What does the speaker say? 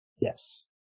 Yes